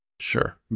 Sure